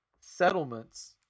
settlements